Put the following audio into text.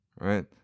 right